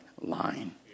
line